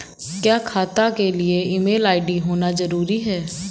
क्या खाता के लिए ईमेल आई.डी होना जरूरी है?